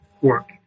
work